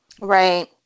Right